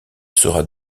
sera